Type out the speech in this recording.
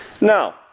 Now